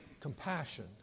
compassion